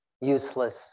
useless